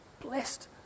blessed